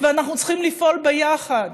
ואנחנו צריכים לפעול ביחד